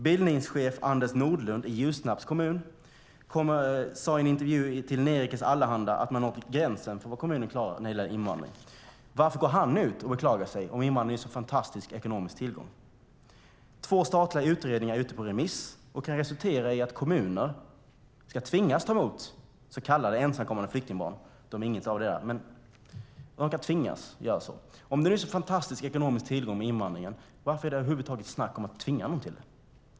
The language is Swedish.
Bildningschef Anders Nordlund i Ljusnarsbergs kommun sade i en intervju till Nerikes Allehanda att man har nått gränsen för vad kommunen klarar när det gäller invandring. Varför går han ut och beklagar sig om invandringen är en sådan fantastisk ekonomisk tillgång? Två statliga utredningar är ute på remiss och kan resultera i att kommuner ska tvingas ta emot så kallade ensamkommande flyktingbarn. De är ingetdera, men kommunerna kan tvingas ta emot dem. Om det nu är en sådan fantastisk ekonomisk tillgång med invandringen, varför är det över huvud taget snack om att tvinga någon till det?